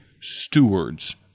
stewards